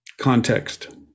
context